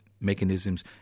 mechanisms